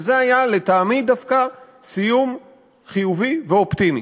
וזה היה לטעמי דווקא סיום חיובי ואופטימי.